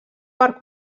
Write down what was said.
per